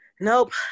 Nope